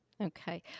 Okay